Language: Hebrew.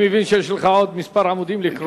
אני מבין שיש לך עוד כמה עמודים לקרוא,